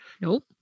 Nope